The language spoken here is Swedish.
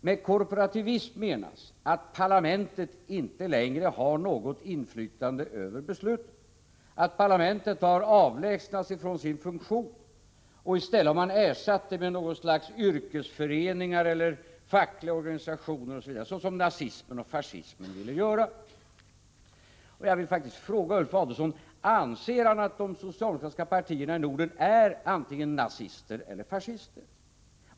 Med korporativism menas att parlamentet inte längre har något inflytande över besluten, att parlamentet har avlägsnats från sin funktion och ersatts med något slags yrkesföreningar eller fackliga organisationer osv. såsom nazismen och fascismen ville göra. Jag vill fråga Ulf Adelsohn: Anser Ulf Adelsohn att de socialdemokratiska partierna i Norden är antingen nazistiska eller fascistiska?